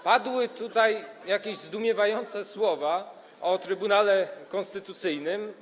Padły tutaj jakieś zdumiewające słowa o Trybunale Konstytucyjnym.